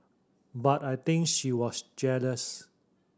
but I think she was jealous